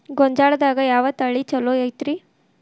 ಗೊಂಜಾಳದಾಗ ಯಾವ ತಳಿ ಛಲೋ ಐತ್ರಿ?